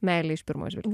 meilė iš pirmo žvilgsnio